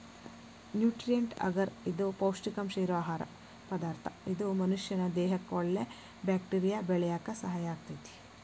nutrient ಅಗರ್ ಇದು ಪೌಷ್ಟಿಕಾಂಶ ಇರೋ ಆಹಾರ ಪದಾರ್ಥ ಇದು ಮನಷ್ಯಾನ ದೇಹಕ್ಕಒಳ್ಳೆ ಬ್ಯಾಕ್ಟೇರಿಯಾ ಬೆಳ್ಯಾಕ ಸಹಾಯ ಆಗ್ತೇತಿ